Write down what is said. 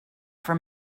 for